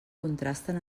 contrasten